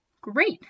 great